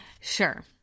Sure